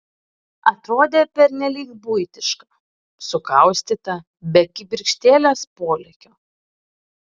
atrodė pernelyg buitiška sukaustyta be kibirkštėlės polėkio